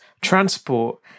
transport